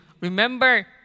remember